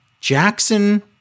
Jackson